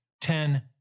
ten